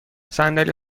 صندلی